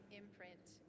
imprint